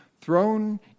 Thrown